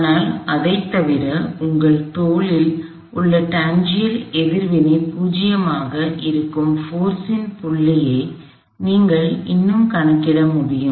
ஆனால் அதைத் தவிர உங்கள் தோளில் உள்ள டான்ஜென்ஷியல் எதிர்வினை 0 ஆக இருக்கும் போர்ஸ் இன் புள்ளியை நீங்கள் இன்னும் கணக்கிட முடியும்